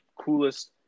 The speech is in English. coolest